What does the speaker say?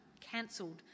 cancelled